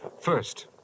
First